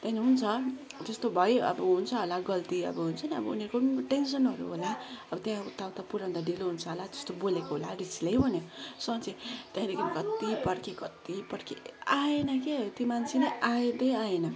त्यहाँदेखि हुन्छ त्यस्तो भयो अब हुन्छ होला गल्ती अब उनीहरूको नि टेनसेनहरू होला अब त्यहाँ यता उता पुऱ्याउँदा ढिलो हुन्छ होला त्यस्तो बोलेको होला रिसले भनेर सोचे त्यहाँदेखि कति पर्खिए कति पर्खिए आएन के त्यो मान्छे नै आउँदै आएन